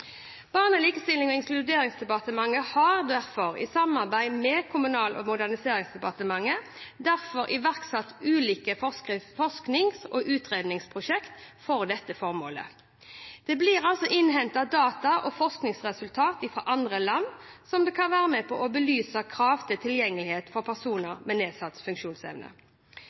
Barne-, likestillings og inkluderingsdepartementet har derfor, i samarbeid med Kommunal- og moderniseringsdepartementet, iverksatt ulike forsknings- og utredningsprosjekter for dette formålet. Det blir innhentet data og forskningsresultater fra andre land som kan være med på å belyse krav til tilgjengelighet for personer med nedsatt funksjonsevne.